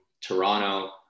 Toronto